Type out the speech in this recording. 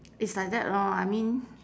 it's like that lor I mean